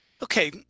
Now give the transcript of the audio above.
Okay